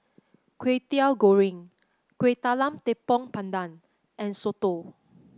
Kwetiau Goreng Kueh Talam Tepong Pandan and soto